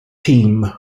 team